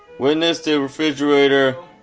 witness the refrigerator.